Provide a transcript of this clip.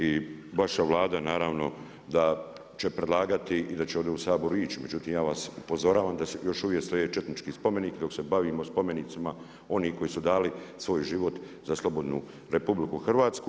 I vaša Vlada naravno, da će predlagati i da će ovdje u Saboru ići, međutim, ja vas upozoravam da još uvijek stoje četnički spomenik, dok se bavimo spomenicima oni koji su dali svoj život za slobodnu RH.